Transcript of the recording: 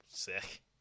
Sick